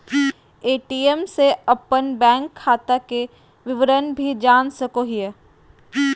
ATM से अपन bank खाता के विवरण भी जान सको हिये